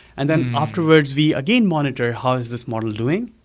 and then afterwards we, again, monitor how is this model doing